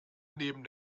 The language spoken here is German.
neben